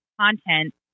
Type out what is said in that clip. content